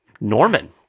Norman